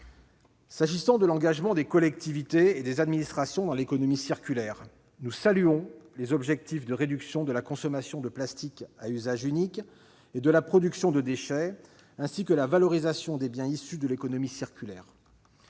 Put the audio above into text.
S'agissant de l'engagement des collectivités territoriales et des administrations dans l'économie circulaire, nous saluons les objectifs de réduction de la consommation de plastiques à usage unique et de la production de déchets, ainsi que la valorisation des biens issus de l'économie circulaire.